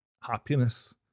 Happiness